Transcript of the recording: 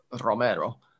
Romero